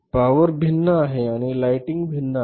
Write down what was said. power भिन्न आहे आणि लाईटनिंग भिन्न आहे